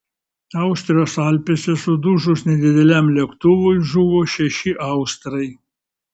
austrijos alpėse sudužus nedideliam lėktuvui žuvo šeši austrai